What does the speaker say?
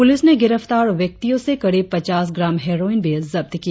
प्रलिस ने गिरफ्तार व्यक्तियों से करीब पचास ग्राम हेरोइन भी जब्त किया